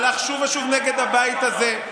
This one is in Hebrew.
הלך שוב ושוב נגד הבית הזה,